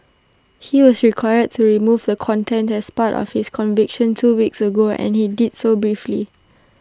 he was required to remove the content as part of his conviction two weeks ago and he did so briefly